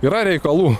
yra reikalų